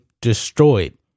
destroyed